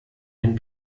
ein